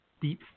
deep